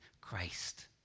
Christ